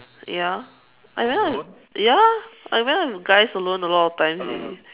ya I went out with ya I went out with guys alone a lot of times already